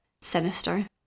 sinister